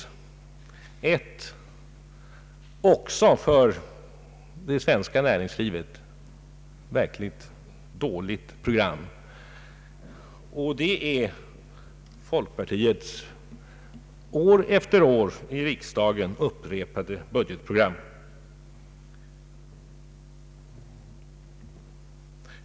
Det finns ett för det svenska näringslivet verkligt dåligt program, och det är folkpartiets år efter år i riksdagen upprepade budgetprogram.